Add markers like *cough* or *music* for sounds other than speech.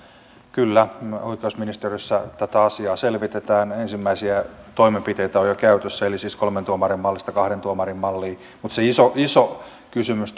kyllä oikeusministeriössä tätä asiaa selvitetään ensimmäisiä toimenpiteitä on jo käytössä eli siis kolmen tuomarin mallista kahden tuomarin malliin mutta se iso iso kysymys *unintelligible*